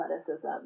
athleticism